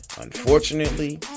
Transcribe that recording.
Unfortunately